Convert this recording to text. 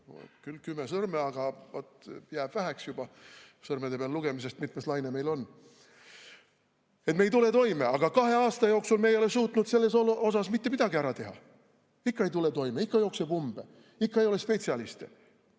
küll kümme sõrme, aga jääb väheks juba sõrmede peal lugemiseks, mitmes laine meil on. Me ei tule toime. Kahe aasta jooksul me ei ole suutnud siin mitte midagi ära teha. Ikka ei tule toime, ikka jookseb umbe, ikka ei ole spetsialiste,